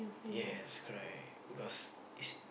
yes correct because is